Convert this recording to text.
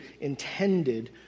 intended